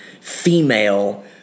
female